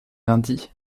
lundi